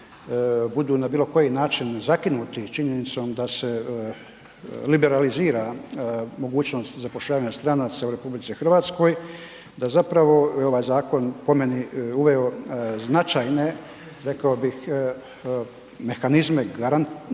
budu na bilokoji način zakinut s činjenicom da se liberalizira mogućnost zapošljavanja stranaca u RH, da zapravo je ovaj zakon po meni uveo značajno rekao bih mehanizme koji garantiraju